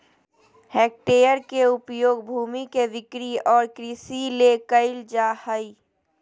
hectare के उपयोग भूमि के बिक्री और कृषि ले कइल जाय हइ